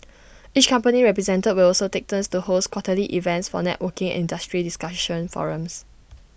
each company represented will also take turns to host quarterly events for networking and industry discussion forums